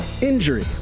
Injury